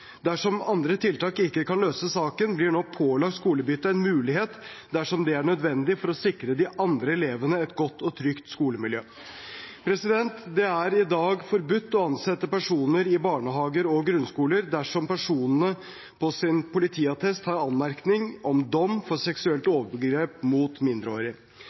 en mulighet dersom det er nødvendig for å sikre de andre elevene et godt og trygt skolemiljø. Det er i dag forbudt å ansette personer i barnehager og grunnskoler dersom personene på sin politiattest har anmerkning om dom for seksuelt overgrep mot